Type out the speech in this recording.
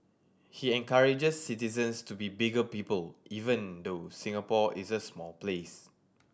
he encourages citizens to be bigger people even though Singapore is a small place